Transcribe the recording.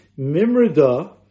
mimrida